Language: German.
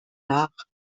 nach